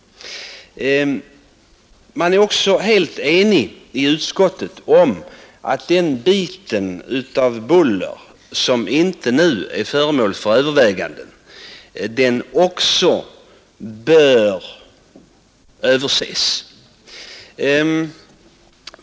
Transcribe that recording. Man är i utskottet också helt enig om en enhetlig bullerlagstiftning och om att sådant buller som inte nu är föremål för övervägande bör överses.